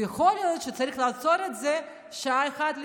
ויכול להיות שצריך לעצור את זה שעה אחת לפני,